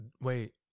Wait